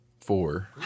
four